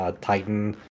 Titan